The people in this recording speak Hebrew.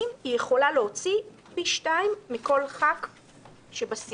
כנסת היא יכולה להוציא פי שניים מכל חבר כנסת שבסיעה.